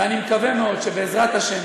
ואני מקווה מאוד שבעזרת השם,